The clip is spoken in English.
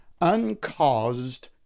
uncaused